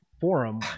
Forum